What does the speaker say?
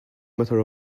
matter